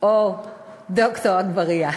או ד"ר אגבאריה.